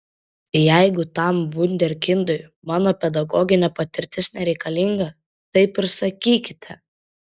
jeigu tam vunderkindui mano pedagoginė patirtis nereikalinga taip ir sakykite